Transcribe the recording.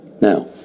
Now